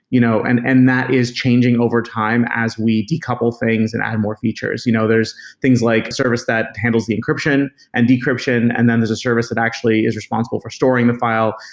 you know and and that is changing over time as we decouple things and add more features. you know there're things like service that handles the encryption and decryption, and then there's a service that actually is responsible for storing the file,